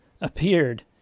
appeared